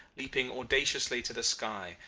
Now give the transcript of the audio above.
leaping audaciously to the sky,